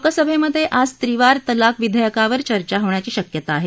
लोकसभेमधे आज त्रिवार तलाक विधेयकावर चर्चा होण्याची शक्यता आहे